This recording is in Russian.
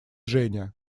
женя